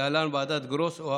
ועדת גרוס.